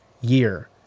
year